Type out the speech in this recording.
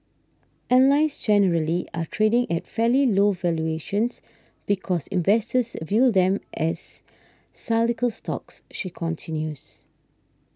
airlines generally are trading at fairly low valuations because investors view them as cyclical stocks she continues